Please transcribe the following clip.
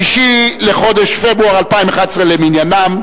6 בחודש פברואר 2011 למניינם,